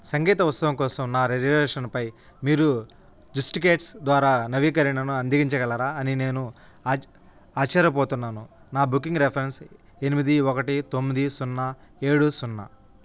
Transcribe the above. సంగీత ఉత్సవం కోసం నా రిజర్వేషన్పై మీరు జుస్టికేట్స్ ద్వారా నవీకరణను అందించగలరా అని నేను ఆశ్చర్యపోతున్నాను నా బుకింగ్ రిఫ్రెన్స్ ఎనిమిది ఒకటి తొమ్మిది సున్నా ఏడు సున్నా